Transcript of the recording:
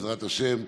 בעזרת השם,